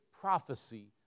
prophecy